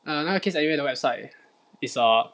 err 那个 kiss anime 的 website is err